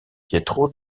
pietro